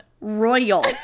royal